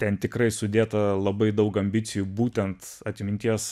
ten tikrai sudėta labai daug ambicijų būtent atminties